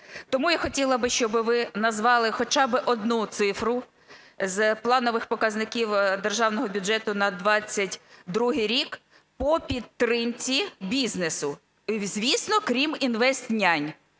тому я хотіла би, щоб ви назвали хоча би одну цифру з планових показників державного бюджету на 22-й рік по підтримці бізнесу, звісно, крім "інвестнянь".